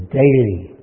daily